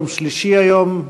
יום שלישי היום,